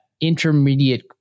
intermediate